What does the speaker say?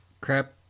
Crap